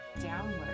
downward